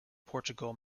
portugal